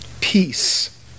peace